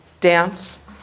dance